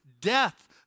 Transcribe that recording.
Death